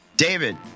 David